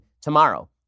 tomorrow